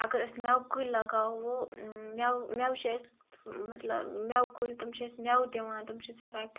اگر أسۍ میوٕ کُلۍ لگاوَو میوٕ میوٕ چھِ اَسہِ مطلب میوٕ کُلۍ تِم چھِ اَسہِ میوٕ دِوان تِم چھِ أسۍ ہٮ۪کان